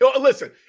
Listen